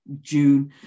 june